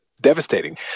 devastating